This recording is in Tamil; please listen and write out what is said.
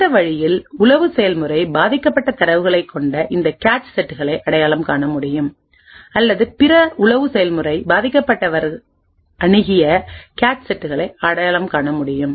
இந்த வழியில் உளவு செயல்முறைபாதிக்கப்பட்ட தரவுகளைக் கொண்ட இந்த கேச் செட்களை அடையாளம் காண முடியும் அல்லது பிற உளவு செயல்முறை பாதிக்கப்பட்டவர் அணுகிய கேச் செட்களை அடையாளம் காண முடியும்